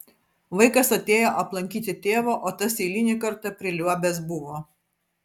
vaikas atėjo aplankyti tėvo o tas eilinį kartą priliuobęs buvo